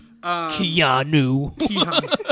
Keanu